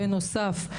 בנוסף,